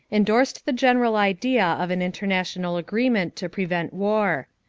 endorsed the general idea of an international agreement to prevent war.